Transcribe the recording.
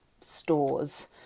stores